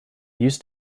used